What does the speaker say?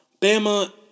Bama